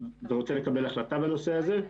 ורוצה לקבל החלטה בנושא הזה.